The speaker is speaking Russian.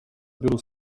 беру